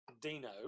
Dino